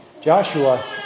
Joshua